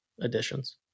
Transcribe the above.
additions